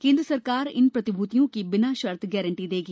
केंद्र सरकार इन प्रतिभूतियों की बिना शर्त गारंटी देगी